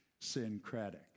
syncretic